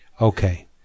Okay